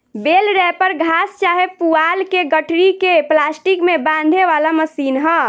बेल wrapper घास चाहे पुआल के गठरी के प्लास्टिक में बांधे वाला मशीन ह